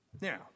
Now